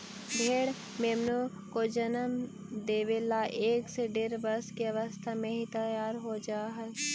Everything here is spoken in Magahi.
भेंड़ मेमनों को जन्म देवे ला एक से डेढ़ वर्ष की अवस्था में ही तैयार हो जा हई